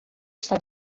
está